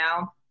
now